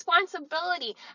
responsibility